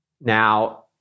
Now